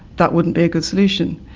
that wouldn't be a good solution.